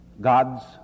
God's